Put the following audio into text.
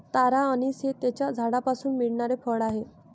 तारा अंनिस हे त्याच्या झाडापासून मिळणारे फळ आहे